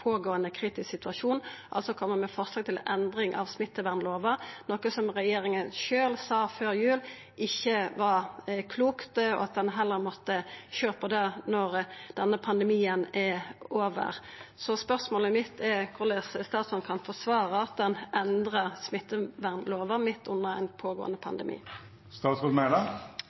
pågåande kritisk situasjon» – altså å koma med forslag til endring av smittevernlova, noko regjeringa før jul sjølv sa ikkje var klokt, og at ein heller måtte sjå på det når pandemien er over. Spørsmålet mitt er korleis statsråden kan forsvara at ein endrar smittevernlova midt under ein pågåande